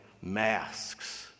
masks